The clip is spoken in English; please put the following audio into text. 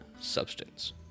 substance